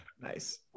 nice